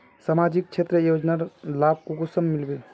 सामाजिक क्षेत्र योजनार लाभ कुंसम मिलबे?